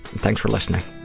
thanks for listening.